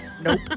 nope